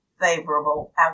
favorable